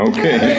Okay